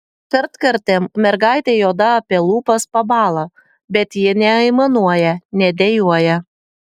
kartkartėm mergaitei oda apie lūpas pabąla bet ji neaimanuoja nedejuoja